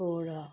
ਥੋੜ੍ਹਾ